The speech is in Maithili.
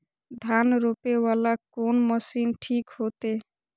धान रोपे वाला कोन मशीन ठीक होते?